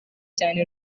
cyane